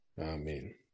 Amen